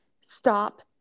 stop